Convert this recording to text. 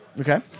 Okay